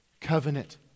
covenant